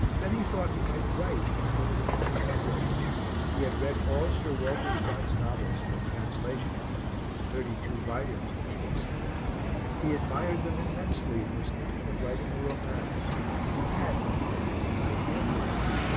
then he thought he might write and earn a little money that way he had read all sir walter scott's novels in a translation thirty-two volumes i think he said he admired them immensely and was thinking of writing a romance he had in fact an idea for one,